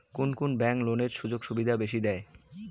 কুন কুন ব্যাংক লোনের সুযোগ সুবিধা বেশি দেয়?